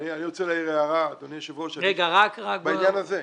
אדוני היושב-ראש, אני רוצה להעיר הערה בעניין הזה.